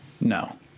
No